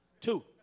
two